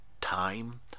time